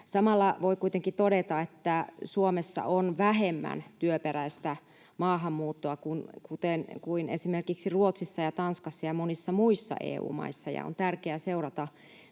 Samalla voi kuitenkin todeta, että Suomessa on vähemmän työperäistä maahanmuuttoa kuin esimerkiksi Ruotsissa ja Tanskassa ja monissa muissa EU-maissa, ja on tärkeää seurata,